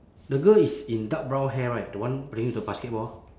the girl is in dark brown hair right the one playing with the basketball